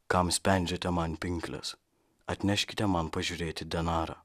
kam spendžiate man pinkles atneškite man pažiūrėti denarą